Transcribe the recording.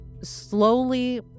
Slowly